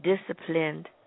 disciplined